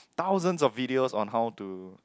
thousands of videos on how to